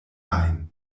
ajn